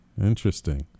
Interesting